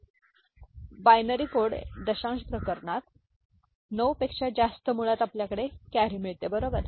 तर तुम्हाला माहिती आहे बायनरी कोडड दशांश प्रकरणात 9 पेक्षा जास्त मुळात आपल्याकडे कॅरी मिळते बरोबर